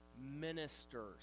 ministers